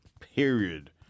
period